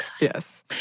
Yes